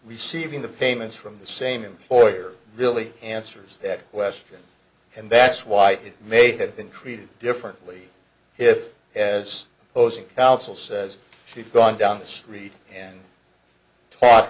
receiving the payments from the same employer really answers that question and that's why it may have been treated differently if as opposed to counsel says she'd gone down the street and taught